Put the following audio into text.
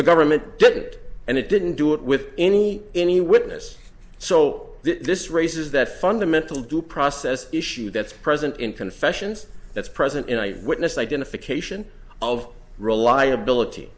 government did it and it didn't do it with any any witness so this raises that fundamental due process issue that's present in confessions that's present in eye witness identification of reliability